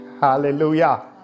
Hallelujah